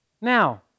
Now